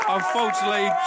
Unfortunately